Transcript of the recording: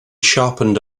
sharpened